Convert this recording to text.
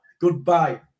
goodbye